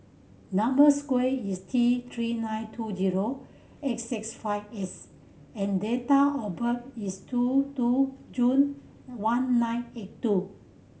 number square is T Three nine two zero eight six five S and date of birth is two two June one nine eight two